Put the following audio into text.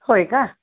होय का